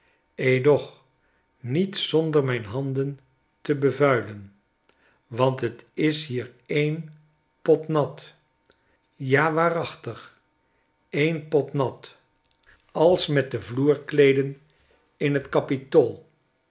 edoch niet zonder mijn handen te bevuilen want t is hier en pot nat ja waarachtig n pot nat als met de vloerkleedenin'tkapitool